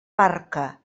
barca